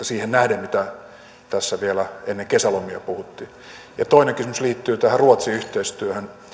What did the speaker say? siihen nähden mitä tässä vielä ennen kesälomia puhuttiin toinen kysymys liittyy tähän ruotsi yhteistyöhön